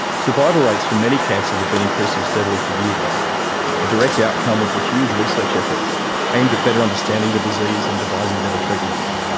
survival rates for many cancers have been increasingly steadily for years a direct outcome of the huge research effort aimed at better understanding the disease and devising better treatments.